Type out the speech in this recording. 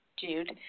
Jude